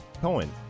cohen